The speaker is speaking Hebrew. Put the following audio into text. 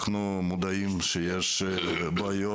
אנחנו מודעים לכך שיש בעיות